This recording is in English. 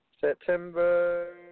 September